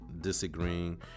disagreeing